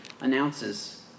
announces